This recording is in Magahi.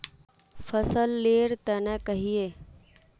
फसल लेर तने कहिए?